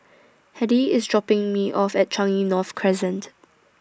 Hedy IS dropping Me off At Changi North Crescent